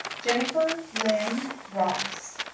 jennifer lynn ross